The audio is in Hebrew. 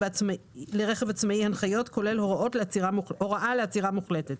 עצמאי הנחיות כולל הוראה לעצירה מוחלטת.